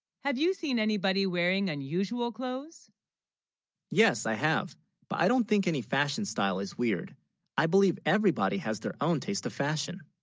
have you seen anybody wearing unusual clothes yes i have but i don't think any fashion, style is weird i believe everybody has their, own taste of fashion